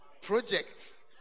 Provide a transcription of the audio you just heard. Projects